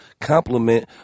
compliment